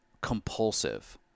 compulsive